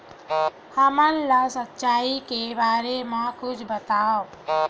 हमन ला सिंचाई के बारे मा कुछु बतावव?